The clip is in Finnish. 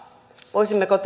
voisimmeko